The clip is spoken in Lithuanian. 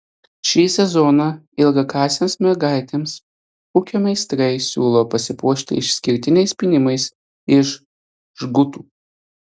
šį sezoną ilgakasėms mergaitėms pukio meistrai siūlo pasipuošti išskirtiniais pynimais iš žgutų